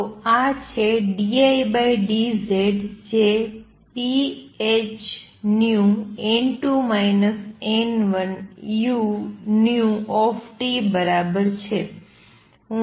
તો આ છે dIdZ જે Bhνn2 n1uT બરાબર છે